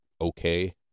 okay